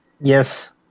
Yes